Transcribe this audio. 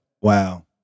Wow